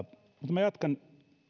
minä jatkan